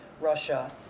Russia